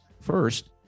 first